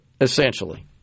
essentially